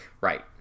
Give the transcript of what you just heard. Right